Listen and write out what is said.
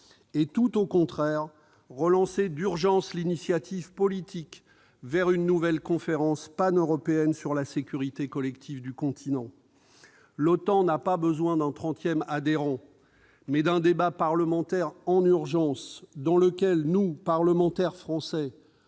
et, tout au contraire, relancer d'urgence l'initiative politique pour une nouvelle conférence paneuropéenne sur la sécurité collective du continent. L'OTAN a besoin non pas d'un trentième adhérent, mais de la tenue d'un débat parlementaire en urgence, dans lequel nous, parlementaires français,